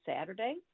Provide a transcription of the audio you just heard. Saturday